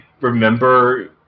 Remember